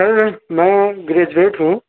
سر میں گریجویٹ ہوں